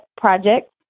project